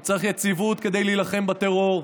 הוא צריך יציבות כדי להילחם בטרור,